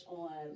on